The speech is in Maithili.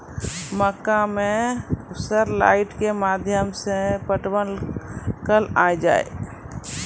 मक्का मैं सर लाइट के माध्यम से पटवन कल आ जाए?